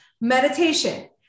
meditation